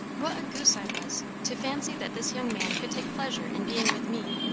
what a goose i was, to fancy that this young man could take pleasure in being with me.